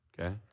Okay